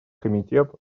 комитет